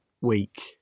week